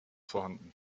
vorhanden